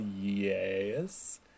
yes